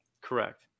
Correct